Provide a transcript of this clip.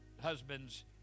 husbands